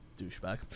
Douchebag